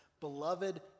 Beloved